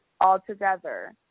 altogether